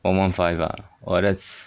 one one five lah !wah! that's